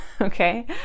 okay